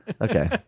Okay